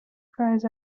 cries